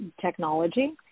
technology